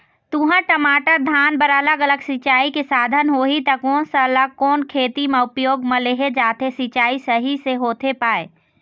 तुंहर, टमाटर, धान बर अलग अलग सिचाई के साधन होही ता कोन सा ला कोन खेती मा उपयोग मा लेहे जाथे, सिचाई सही से होथे पाए?